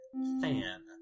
fan